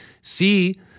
see